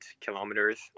kilometers